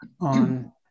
on